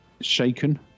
shaken